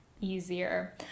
easier